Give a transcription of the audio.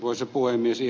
ihan lyhyesti